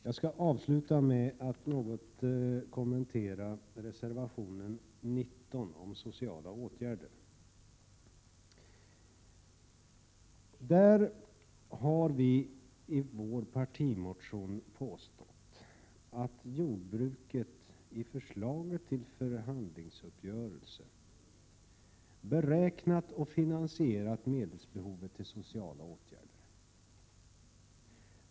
Jag skall sluta med att kommentera reservationen 19, om sociala åtgärder. Där har vi i vår partimotion påstått att jordbruket i förslaget till förhandlingsuppgörelse beräknat och finansierat medelsbehovet till sociala åtgärder.